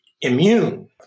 immune